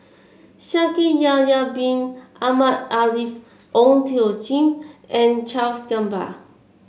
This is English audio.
Shaikh Yahya Bin Ahmed Afifi Ong Tjoe Kim and Charles Gamba